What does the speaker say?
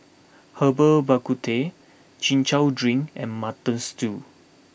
Herbal Bak Ku Teh Chin Chow Drink and Mutton Stew